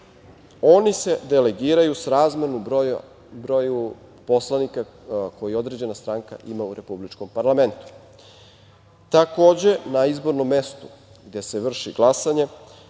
Oni se delegiraju srazmerno broju poslanika koje određena stranka ima u republičkom parlamentu. Takođe na izbornom mestu gde se vrši glasanje